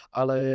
ale